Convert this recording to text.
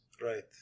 right